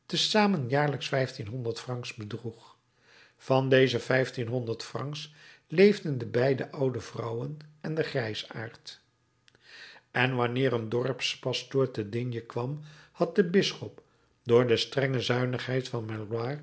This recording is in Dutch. zamen jaarlijks francs bedroeg van deze vijftienhonderd francs leefden de beide oude vrouwen en de grijsaard en wanneer een dorpspastoor te d kwam had de bisschop door de strenge zuinigheid van